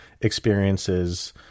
experiences